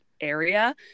area